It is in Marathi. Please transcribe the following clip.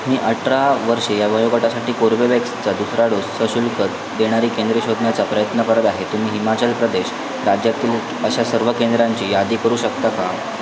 मी अठरा वर्षे या वयोगटासाठी कोर्बेवॅक्सचा दुसरा डोस सशुल्क देणारी केंद्रे शोधण्याचा प्रयत्न करत आहे तुम्ही हिमाचल प्रदेश राज्यातील अशा सर्व केंद्रांची यादी करू शकता का